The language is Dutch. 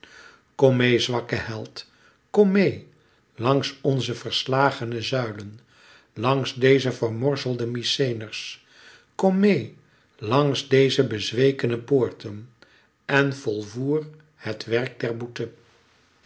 kom meê zwakke held kom meê langs onze verslagene zuilen langs deze vermorzelde mykenæërs kom meê langs deze bezwekene poorten en volvoer het werk der